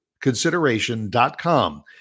consideration.com